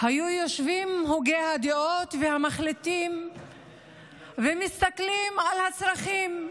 היו יושבים הוגי הדעות והמחליטים ומסתכלים על הצרכים,